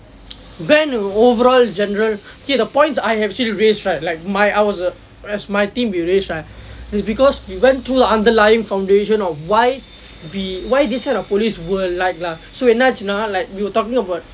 ban the overall general ok the points I have actually raised right like my I was a as my team we raise right is because we went through the underlying foundation of why we why this kind of police were like lah so என்ன ஆகியதுனா:enna aakiyathunaa like we were talking about